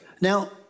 Now